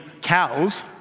cows